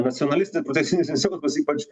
nacionalistinis ir protekcionistinis jausmas ypač